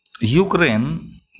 Ukraine